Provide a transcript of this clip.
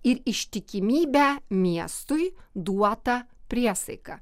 ir ištikimybę miestui duotą priesaiką